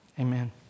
Amen